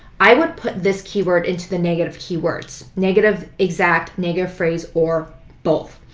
i would put this keyword into the negative keywords, negative exact, negative phrase, or both.